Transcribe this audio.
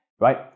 right